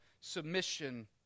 submission